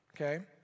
okay